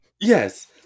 Yes